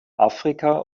afrika